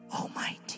Almighty